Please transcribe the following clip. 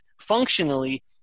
functionally